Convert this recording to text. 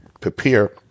prepare